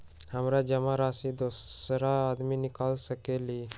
हमरा जमा राशि दोसर आदमी निकाल सकील?